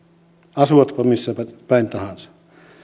asuvatpa missä päin tahansa